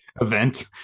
event